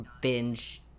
binge